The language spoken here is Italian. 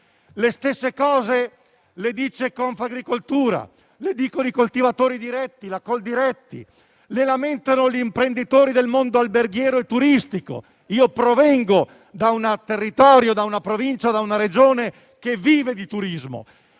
Le stesse cose le dice Confagricoltura, le dicono i coltivatori diretti (Coldiretti) e le lamentano gli imprenditori del mondo alberghiero e turistico. Io provengo da un territorio, da una Provincia e da una Regione che vivono di turismo.